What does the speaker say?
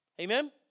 Amen